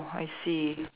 I see